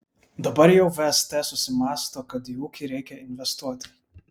dabar jau vst susimąsto kad į ūkį reikia investuoti